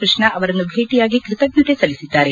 ಕೃಷ್ಣ ಅವರನ್ನು ಭೇಟಯಾಗಿ ಕೃತಜ್ಞತೆ ಸಲ್ಲಿಸಿದ್ದಾರೆ